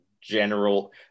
general